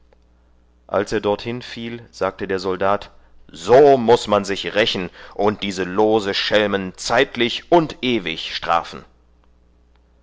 als er dorthin fiel sagte der soldat so muß man sich rächen und diese lose schelmen zeitlich und ewig strafen